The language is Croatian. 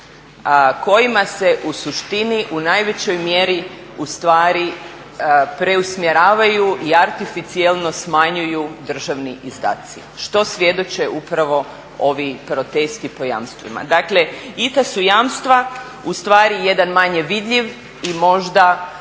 kojima se u suštini u najvećoj mjeri u stvari preusmjeravaju i artificijelno smanjuju državni izdaci što svjedoče upravo ovi protesti po jamstvima. Dakle, i ta su jamstva u stvari jedan manje vidljiv i možda teže